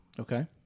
Okay